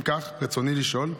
אם כך, רצוני לשאול: